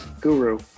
guru